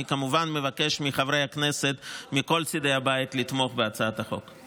אני כמובן מבקש מחברי הכנסת מכל צידי הבית לתמוך בהצעת החוק.